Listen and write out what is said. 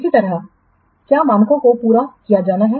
इसी तरह क्या मानकों को पूरा किया जाना है